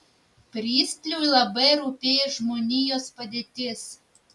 pristliui labai rūpėjo žmonijos padėtis